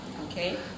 Okay